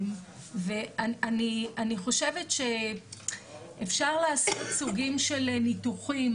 אני חושבת שאפשר לעשות סוגים של ניתוחים,